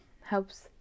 Helps